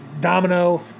Domino